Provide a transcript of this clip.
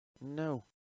No